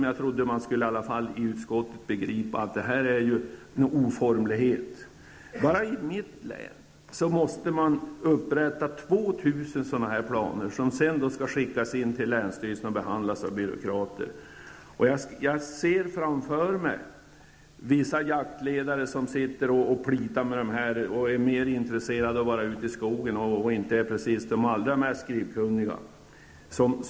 Jag trodde att man skulle begripa i utskottet att detta är en oformlighet. Bara i mitt hemlän måste man upprätta 2 000 sådana planer. De skall sedan skickas in till länsstyrelsen och behandlas av byråkrater. Jag ser framför mig vissa jaktledare som sitter och plitar med detta, medan de egentligen är mer intresserade av att vara ute i skogen. De är de inte precis allra mest skrivkunniga.